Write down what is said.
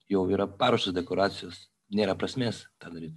jau yra paruoštos dekoracijos nėra prasmės tą daryt